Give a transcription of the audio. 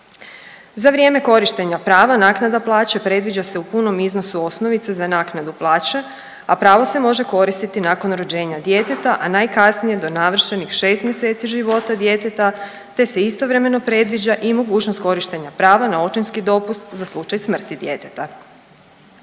Za vrijeme korištenja prava naknada plaće predviđa se u punom iznosu osnovice za naknadu plaće, a pravo se može koristiti nakon rođenja djeteta, a najkasnije do navršenih 6 mjeseci života djeteta te se istovremeno predviđa i mogućnost korištenja prava na očinski dopust za slučaj smrti djeteta.